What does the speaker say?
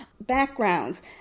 backgrounds